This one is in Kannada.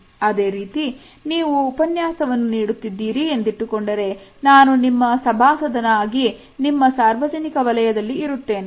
ಅದೇ ರೀತಿ ನೀವು ಉಪನ್ಯಾಸವನ್ನು ನೀಡುತ್ತಿದ್ದೀರಿ ಎಂದಿಟ್ಟುಕೊಂಡರೆ ನಾನು ನಿಮ್ಮ ಸಭಾಸದನ ಆಗಿ ನಿಮ್ಮ ಸಾರ್ವಜನಿಕ ವಲಯದಲ್ಲಿ ಇರುತ್ತೇನೆ